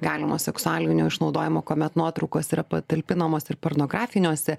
galimo seksualinio išnaudojimo kuomet nuotraukos yra patalpinamos ir pornografiniuose